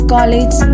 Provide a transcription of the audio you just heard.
College